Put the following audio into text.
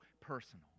personal